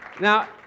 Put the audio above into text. Now